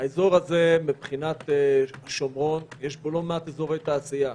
האזור הזה מבחינת שומרון יש בו לא מעט אזורי תעשייה,